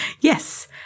Yes